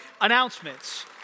announcements